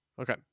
Okay